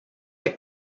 est